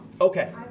Okay